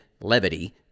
levity